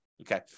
Okay